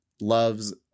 loves